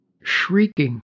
shrieking